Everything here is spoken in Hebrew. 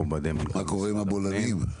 מה קורה עם הבולענים?